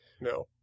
no